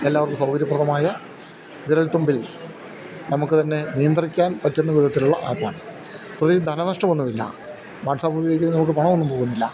എല്ലാവർക്കും സൗകര്യപ്രദമായ വിരൽത്തുമ്പിൽ നമുക്കു തന്നെ നിയന്ത്രിക്കാൻ പറ്റുന്ന വിധത്തിലുള്ള ആപ്പാണ് പൊതുവേ ധന നഷ്ടം ഒന്നുമില്ല വാട്സാപ്പ് ഉപയോഗിച്ച് നമുക്കു പണമൊന്നും പോകുന്നില്ല